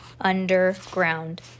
underground